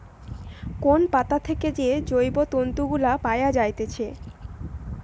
কোন পাতা থেকে যে জৈব তন্তু গুলা পায়া যাইতেছে